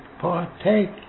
partake